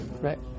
Right